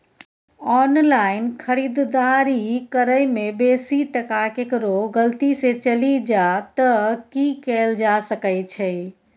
Online खरीददारी करै में बेसी टका केकरो गलती से चलि जा त की कैल जा सकै छै?